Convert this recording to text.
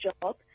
job